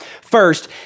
First